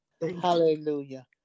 Hallelujah